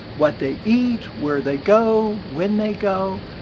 what they eat, where they go, when they go.